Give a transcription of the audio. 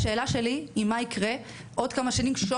השאלה שלי היא מה יקרה עוד כמה שנים כשכל